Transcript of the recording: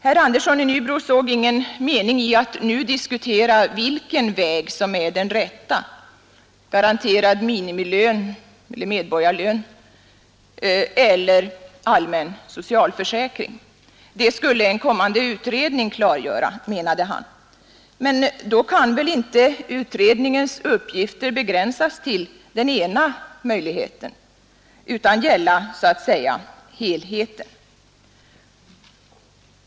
Herr Andersson i Nybro såg ingen mening i att nu diskutera vilken väg som är den rätta garanterad minimilön, medborgarlön eller allmän socialförsäkring. Det skulle en kommande utredning klargöra, menade han. Men då kan väl inte utr dningens uppgifter begränsas till den ena möjligheten, utan de måste gälla så att säga helheten.